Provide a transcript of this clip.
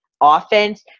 offense